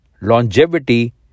longevity